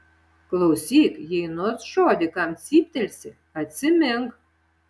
klausyk jei nors žodį kam cyptelsi atsimink